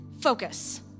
focus